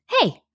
Hey